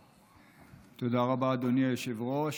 רבה, אדוני היושב-ראש.